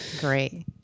Great